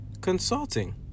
consulting